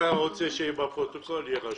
אתה רוצה שזה יהיה בפרוטוקול, זה יהיה רשום.